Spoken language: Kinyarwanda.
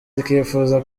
akifuza